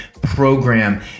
program